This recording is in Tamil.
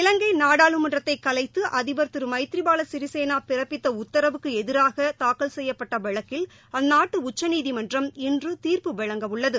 இலங்கைநாடாளுமன்றத்தைகலைத்துஅதிபர் திருமைதிரிபாலசிறிசேனாபிறப்பித்தஉத்தரவுக்குஎதிராகதாக்கல் செய்யப்பட்டவழக்கில் அந்நாட்டுஉச்சநீதிமன்றம் இன்றுதீர்ப்பு வழங்கவுள்ளது